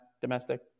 Domestic